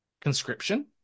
conscription